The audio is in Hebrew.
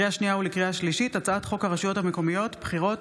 לקריאה שנייה ולקריאה שלישית: הצעת חוק הרשויות המקומיות (בחירות)